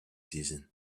season